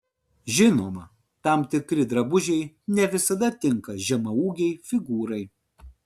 žinoma tam tikri drabužiai ne visada tinka žemaūgei figūrai